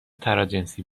تراجنسی